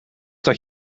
dat